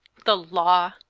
the law!